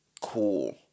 cool